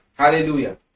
Hallelujah